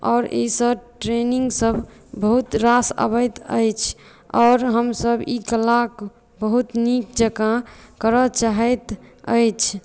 आओर एहिसँ ट्रेनिंग सभ बहुत रास अबैत अछि आओर हमसभ ई कलाके बहुत नीक जकाँ करऽ चाहैत अछि